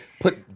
put